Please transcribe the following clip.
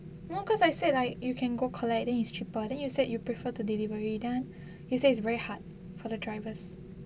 no because I said like you can go collect then is cheaper then you said you prefer to deliver then you say it's very hard for the drivers